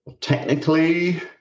Technically